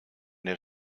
der